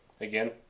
again